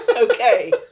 Okay